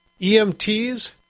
EMTs